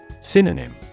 Synonym